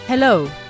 Hello